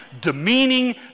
demeaning